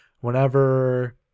whenever